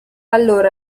allora